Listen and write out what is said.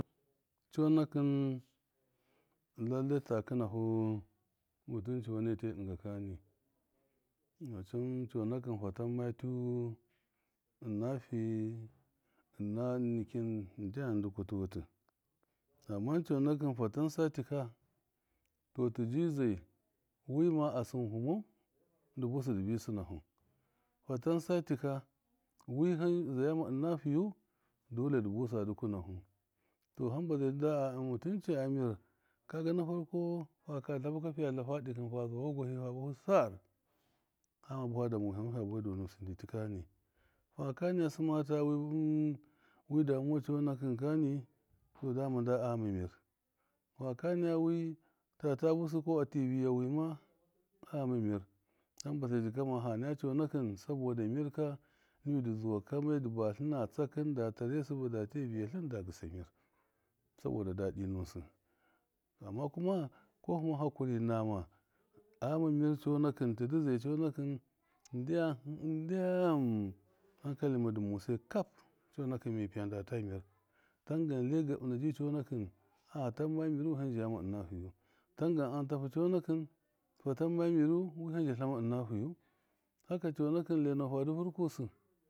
Cɔnakɨn- lallai ta kinahu mɨntuna mane tiye dɨnga kami demacɨn cɔnakɨn fadamma tiyu ɨna fi ɨna tnnikin ndɨ kutɨ wutɨ amman cɔnakɨn fatansa tika tɔ tiji zai wima a sɨnfu mau dɨ busɨ dɨbi sɨnafu, fatansa tika wihame zhayama ɨna fiyu, dɔle dɨ busa dɨkunefu tɔ hamba zai tida a mudunci a mɨr kaga na farkɔ faka tlafuka fiya tlafa dɨ kɨn fa zuwa vɔgwaha fa bafu sar hama bafa dama wihamau fiya bafa damusɨ tɨ ndɨ tikani faka sɨma ta wi ɨn damawa cɔnakɨn kani nda a ghama mir, faka nayawi tata wusi kɔ ti viya wima a ghame mɨr hamba zai jika ma- ha naja cɔnakɨn sabɔda mɨrka niwi dɨ zuwa kamai dɨ batlɨna tsakɨn data tare sɨbɨ da tiya viya tlɨn da gisa mir sabɔda dadi nusa amma kuma ko hɨma hɔkuri nama a ghama mɨr cɔnakṫn zau cɔnakɨn ndyam hɨn- ndyam hankali madɨ musai kam cɔnakɨn mi piya ndata mir tangan lai gabɨna ji cɔnaṫn hatermma miru wihani zhagama ṫnafiyu tangan antafu cɔnakɨn fatermma miru, wiham zhatlama ɨna fiyu haka cɔnakɨn lainafu fadɨ vɨrku sɨ.